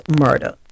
murder